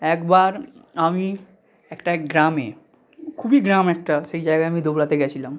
একবার আমি একটা গ্রামে খুবই গ্রাম একটা সেই জায়গায় আমি দৌড়াতে গেছিলাম